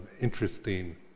interesting